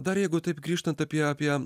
dar jeigu taip grįžtant apie apie